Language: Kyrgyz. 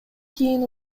кийин